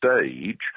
stage